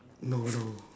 no no